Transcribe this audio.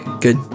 good